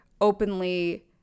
openly